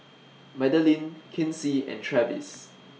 Madelynn Kinsey and Travis